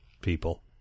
people